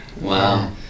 Wow